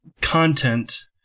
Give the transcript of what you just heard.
content